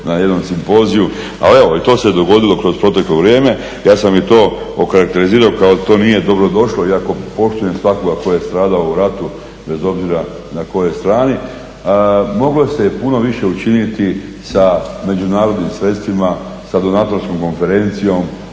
na jednom simpoziju, ali evo, i to se dogodilo kroz proteklo vrijeme, ja sam i to okarakterizirao kao to nije dobro došlo iako poštujem svakoga tko je stradao u ratu, bez obzira na kojoj strani. Moglo se puno više učiniti sa međunarodnim sredstvima sa donatorskom konferencijom